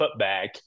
putback